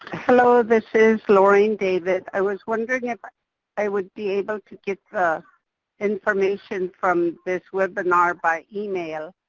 hello, this is lorraine david. i was wondering if but i would be able to get the information from this webinar by email?